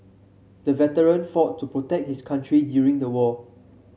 the veteran fought to protect his country during the war